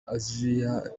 aziya